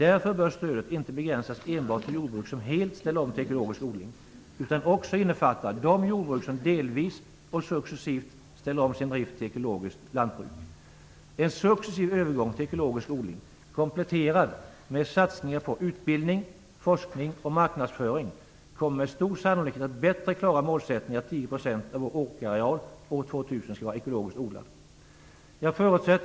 Därför bör stödet inte begränsas enbart till jordbruk som helt ställer om till ekologisk odling utan också innefatta de jordbruk som delvis och successivt ställer om sin drift till ekologiskt lantbruk. En successiv övergång till ekologisk odling kompletterad med satsningar på utbildning, forskning och marknadsföring kommer med stor sannolikhet att bättre klara målsättningen att 10 % av vår åkerareal skall vara ekologiskt odlad år 2000. Fru talman!